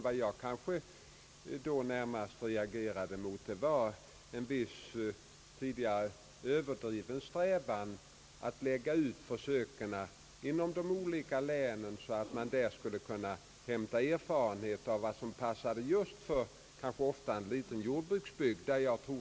Vad jag närmast reagerade mot var en viss tidigare överdriven strävan att lägga ut försöken inom de olika länen så differentierat att erfarenheter skulle kunna hämtas om vad som passade för ofta små områden.